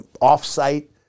off-site